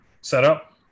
setup